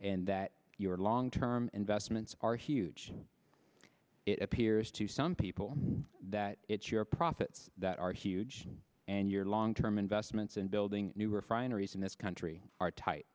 and that your long term investments are huge it appears to some people that it's your profits that are huge and your long term investments in building new refineries in this country are tight